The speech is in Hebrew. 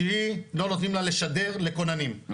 שהיא לא נותנים לה לשדר לכוננים,